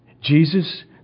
Jesus